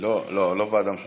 לא ועדה משותפת,